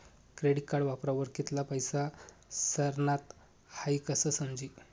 credit card वापरावर कित्ला पैसा सरनात हाई कशं समजी